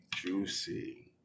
Juicy